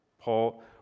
Paul